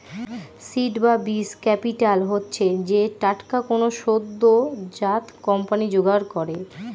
seed বা বীজ capital হচ্ছে যে টাকাটা কোনো সদ্যোজাত কোম্পানি জোগাড় করে